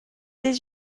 des